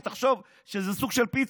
היא תחשוב שזה סוג של פיצה.